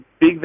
big